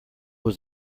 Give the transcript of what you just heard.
was